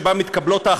שוב עד עשר דקות לרשותך.